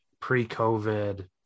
pre-covid